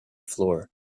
floor